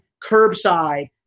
curbside